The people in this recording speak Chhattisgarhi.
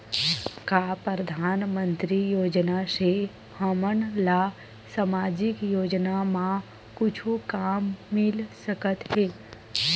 का परधानमंतरी योजना से हमन ला सामजिक योजना मा कुछु काम मिल सकत हे?